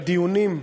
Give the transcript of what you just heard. בדיונים,